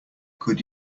could